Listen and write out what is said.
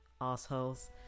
assholes